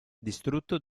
distrutto